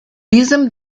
diesem